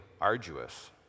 arduous